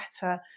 better